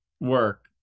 Work